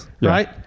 right